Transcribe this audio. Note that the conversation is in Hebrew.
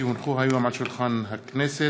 כי הונחו היום על שולחן הכנסת,